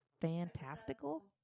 fantastical